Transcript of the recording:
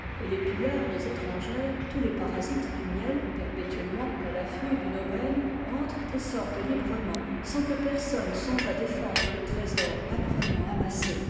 et les pillardes étrangères tous les para sites du miel perpétuellement à taflut d'une aubaine entrent et sortent librement sans que personne songe à défendre le trésor âprement amassé